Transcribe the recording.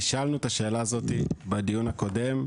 נשאלנו את השאלה הזאת בדיון הקודם,